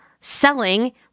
selling